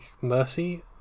Mercy